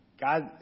God